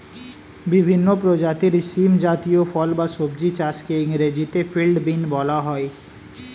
বিভিন্ন প্রজাতির শিম জাতীয় ফল বা সবজি চাষকে ইংরেজিতে ফিল্ড বিন বলা হয়